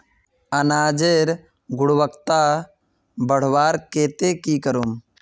अनाजेर गुणवत्ता बढ़वार केते की करूम?